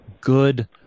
good